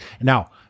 now